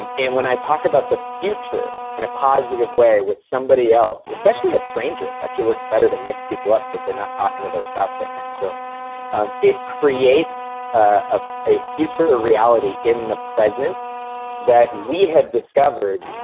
and and when i talk about the future in a positive way with somebody else, especially a stranger it actually works better to mix people up o they're not talking to their spouse right next to them it creates ah a future reality in the present that we have discovered.